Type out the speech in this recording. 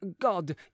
god